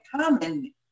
common